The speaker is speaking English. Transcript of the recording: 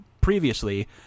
previously